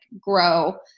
grow